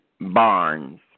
Barnes